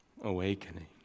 awakening